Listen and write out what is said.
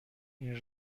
این